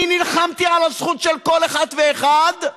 אני נלחמתי על הזכות של כל אחת ואחד,